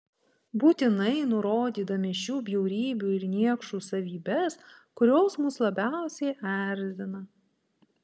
būtinai nurodydami šių bjaurybių ir niekšų savybes kurios mus labiausiai erzina